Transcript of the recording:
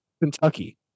Kentucky